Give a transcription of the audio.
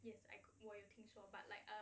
yes 我也听说 but like